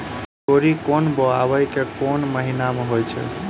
तोरी केँ बोवाई केँ महीना मे होइ छैय?